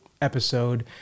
episode